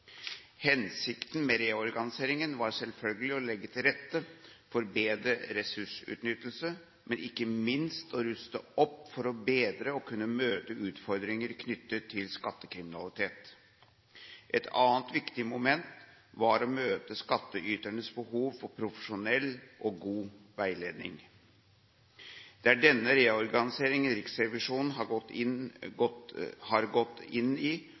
Hensikten med reorganiseringen var selvfølgelig å legge til rette for bedre ressursutnyttelse, men ikke minst å ruste opp for bedre å kunne møte utfordringer knyttet til skattekriminalitet. Et annet viktig moment var å møte skattyternes behov for profesjonell og god veiledning. Det er denne reorganiseringen Riksrevisjonen har gått inn i og undersøkt om den har